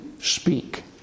speak